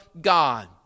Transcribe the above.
God